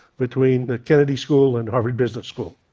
between the kennedy school and harvard business school.